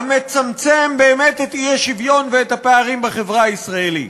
המצמצם באמת את האי-שוויון ואת הפערים בחברה הישראלית.